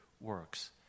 works